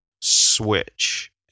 switch